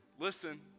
listen